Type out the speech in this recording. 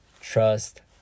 trust